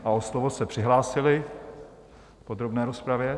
O slovo se přihlásili v podrobné rozpravě?